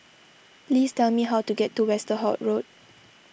please tell me how to get to Westerhout Road